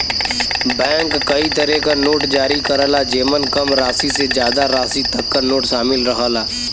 bank कई तरे क नोट जारी करला जेमन कम राशि से जादा राशि तक क नोट शामिल रहला